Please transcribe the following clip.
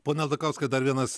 pone aldakauskai dar vienas